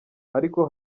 ariko